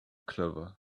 clover